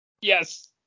Yes